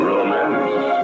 Romance